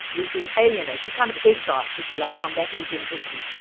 we've been alienated. it's a kind of exile, if you like, from that authenticity,